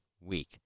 week